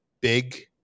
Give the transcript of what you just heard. big